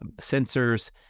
sensors